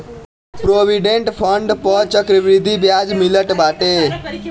provident fund पअ चक्रवृद्धि बियाज मिलत बाटे